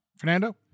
Fernando